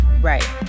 Right